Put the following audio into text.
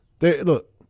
look